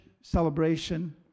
celebration